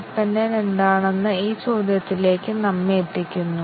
MCDC പരിശോധനയിൽ എന്താണ് ഉൾപ്പെട്ടിരിക്കുന്നതെന്ന് നമുക്ക് നോക്കാം